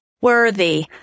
worthy